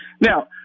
Now